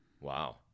Wow